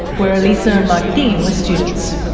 where elisa and martin were students.